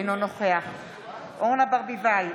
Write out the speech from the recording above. אינו נוכח אורנה ברביבאי,